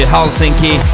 Helsinki